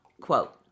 quote